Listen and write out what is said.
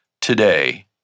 today